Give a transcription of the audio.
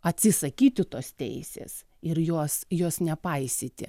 atsisakyti tos teisės ir jos jos nepaisyti